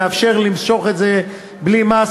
נאפשר למשוך את זה בלי מס.